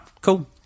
Cool